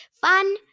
Fun